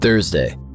Thursday